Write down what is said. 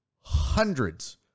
hundreds